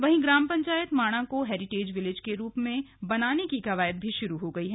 वही ग्राम पंचायत माणा को हैरीटेज विलेज के रूप में बनाने की कवायद भी शुरू हो गई है